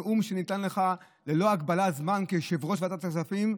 נאום שניתן לך ללא הגבלת זמן כיושב-ראש ועדת הכספים,